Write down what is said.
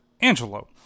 Angelo